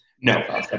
no